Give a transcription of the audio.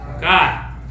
God